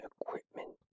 equipment